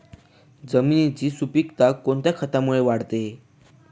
जमिनीची सुपिकता कोणत्या खतामुळे वाढते?